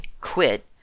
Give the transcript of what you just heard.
quit